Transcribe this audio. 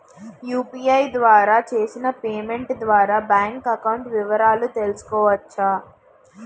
UPI ద్వారా చేసిన payment ద్వారా బ్యాంక్ అకౌంట్ వివరాలు తెలుసుకోవచ్చ?